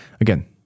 again